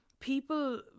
people